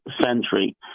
century